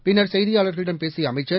பின்னா் செய்தியாளர்களிடம் பேசியஅமைச்சர்